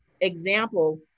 example